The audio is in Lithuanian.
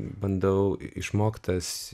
bandau išmoktas